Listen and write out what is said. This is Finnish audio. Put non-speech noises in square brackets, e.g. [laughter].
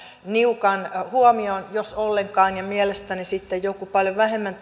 niukan huomion jos ollenkaan ja mielestäni sitten joku paljon vähemmän [unintelligible]